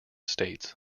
states